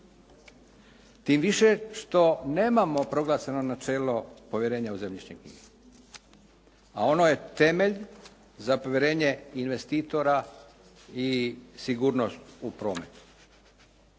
Tim više što nemamo proglašeno načelo povjerenja u zemljišne knjige, a ono je temelj za povjerenje investitora i sigurnost u prometu.